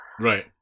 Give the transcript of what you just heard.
Right